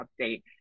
update